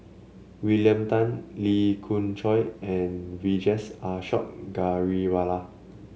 William Tan Lee Khoon Choy and Vijesh Ashok Ghariwala